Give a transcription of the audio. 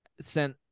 sent